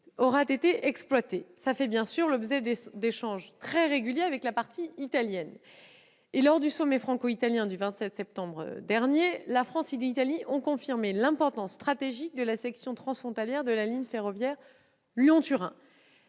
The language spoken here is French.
auront été exploitées. Ce sujet fait bien entendu l'objet d'échanges très réguliers avec la partie italienne. Lors du sommet franco-italien du 27 septembre dernier, la France et l'Italie ont confirmé l'importance stratégique de la section transfrontalière de la ligne ferroviaire Lyon-Turin.